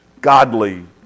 godly